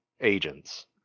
agents